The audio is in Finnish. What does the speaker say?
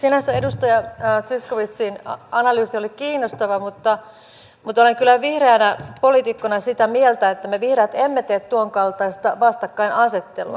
sinänsä edustaja zyskowiczin analyysi oli kiinnostava mutta olen kyllä vihreänä poliitikkona sitä mieltä että me vihreät emme tee tuonkaltaista vastakkainasettelua